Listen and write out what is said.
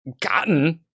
gotten